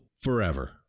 forever